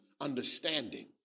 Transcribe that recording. understanding